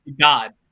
God